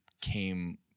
came